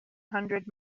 hundred